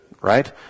right